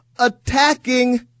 Attacking